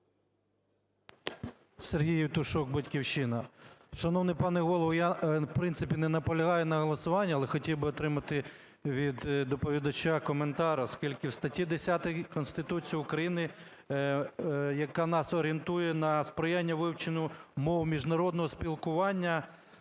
СергійЄвтушок, "Батьківщина". Шановний пане Голово, я, в принципі, не наполягаю на голосуванні, але хотів би отримати від доповідача коментар. Оскільки в статті 10 Конституції України, яка нас орієнтує на сприяння вивченню мов міжнародного спілкування,